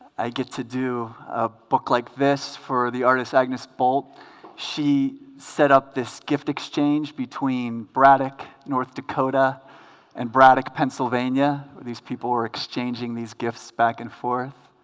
i get to do a book like this for the artist agnes bolt she set up this gift exchange between braddock north dakota and braddock pennsylvania these people were exchanging these gifts back and forth